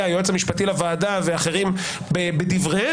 היועץ המשפטי לוועדה ואחרים בדבריהם.